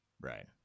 right